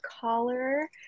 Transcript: collar